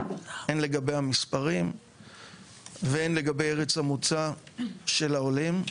הן לגבי המספרים והן לגבי ארץ המוצא של העולים,